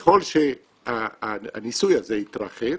ככל שהניסוי הזה יתרחב